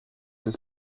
ist